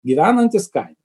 gyvenantys kaime